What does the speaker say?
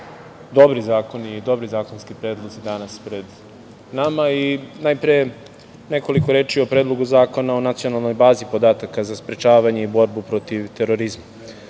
dobri zakoni i dobri zakonski predlozi danas pred nama i najpre nekoliko reči o Predlogu zakona o nacionalnoj bazi podataka za sprečavanje i borbu protiv terorizma. Terorizam